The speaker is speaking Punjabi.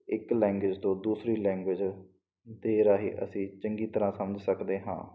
ਇੱਕ ਲੈਂਗੂਏਜ ਤੋਂ ਦੂਸਰੀ ਲੈਂਗੂਏਜ ਦੇ ਰਾਹੀਂ ਅਸੀਂ ਚੰਗੀ ਤਰ੍ਹਾਂ ਸਮਝ ਸਕਦੇ ਹਾਂ